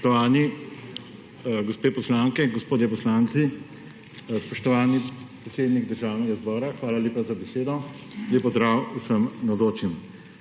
Spoštovani gospe poslanke in gospodje poslanci! Spoštovani predsednik Državnega zbora, hvala lepa za besedo. Lep pozdrav vsem navzočim.